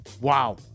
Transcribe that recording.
Wow